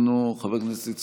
חבר הכנסת מנסור עבאס,